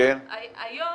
היום